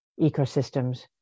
ecosystems